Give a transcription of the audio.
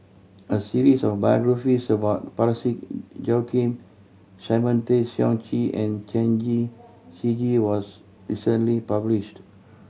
a series of biographies about Parsick Joaquim Simon Tay Seong Chee and Chen Shiji was recently published